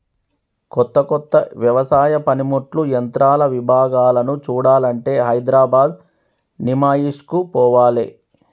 కొత్త కొత్త వ్యవసాయ పనిముట్లు యంత్రాల విభాగాలను చూడాలంటే హైదరాబాద్ నిమాయిష్ కు పోవాలే